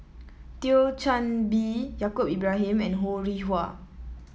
Thio Chan Bee Yaacob Ibrahim and Ho Rih Hwa